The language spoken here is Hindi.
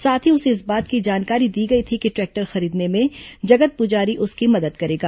साथ ही उसे इस बात की जानकारी दी गई थी कि ट्रै क्टर खरीदने में जगत पुजारी उसका मदद करेगा